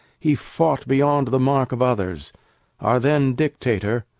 he fought beyond the mark of others our then dictator,